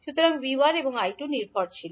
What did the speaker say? সুতরাং 𝐕1 এবং 𝐈2 নির্ভর ছিল